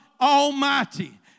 Almighty